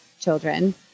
children